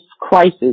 crisis